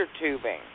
tubing